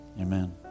Amen